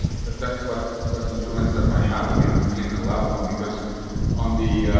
that that what what influence that might have again on clinical outcome? because on the